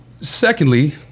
secondly